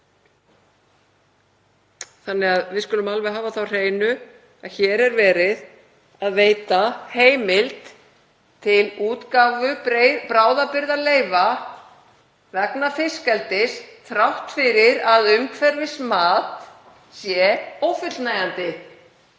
Við skulum alveg hafa það á hreinu að hér er verið að veita heimild til útgáfu bráðabirgðaleyfa vegna fiskeldis þrátt fyrir að umhverfismat sé ófullnægjandi.